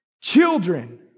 children